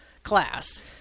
Class